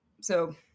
So-